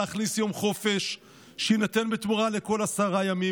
להכניס יום חופש שיינתן בתמורה לכל עשרה ימים,